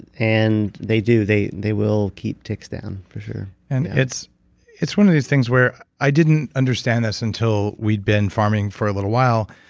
and they do. they they will keep ticks down for sure and it's it's one of these things where i didn't understand this until we'd been farming for a little while,